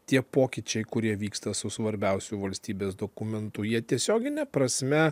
tie pokyčiai kurie vyksta su svarbiausių valstybės dokumentų jie tiesiogine prasme